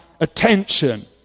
Attention